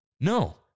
No